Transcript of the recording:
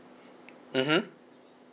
mmhmm